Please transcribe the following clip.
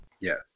Yes